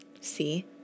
See